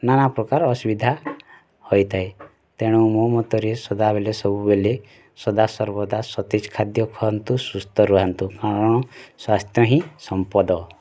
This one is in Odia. ନାନା ପ୍ରକାର ଅସୁବିଧା ହୋଇଥାଏ ତେଣୁ ମୋ ମତରେ ସଦାବେଳେ ସବୁବେଳେ ସଦା ସର୍ବଦା ସତେଜ ଖାଦ୍ୟ ଖୁଆନ୍ତୁ ସୁସ୍ଥ ରୁହନ୍ତୁ କାରଣ ସ୍ୱାସ୍ଥ୍ୟ ହିଁ ସମ୍ପଦ